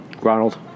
Ronald